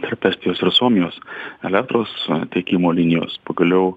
tarp estijos ir suomijos elektros tiekimo linijos pagaliau